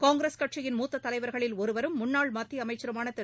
காங்கிரஸ் கட்சியின் மூத்ததலைவர்களில் ஒருவரும் முன்னாள் மத்தியஅமைச்சருமானதிரு